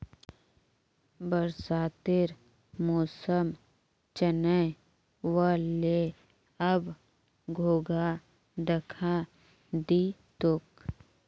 बरसातेर मौसम चनइ व ले, अब घोंघा दखा दी तोक